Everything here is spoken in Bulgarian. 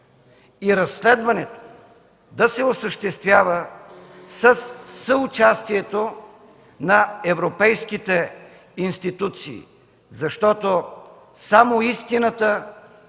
и разследването да се осъществява със съучастието на европейките институции, защото само истината